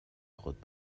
خود